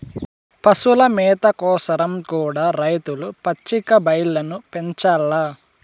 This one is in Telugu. పశుల మేత కోసరం కూడా రైతులు పచ్చిక బయల్లను పెంచాల్ల